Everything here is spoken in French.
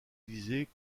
utilisée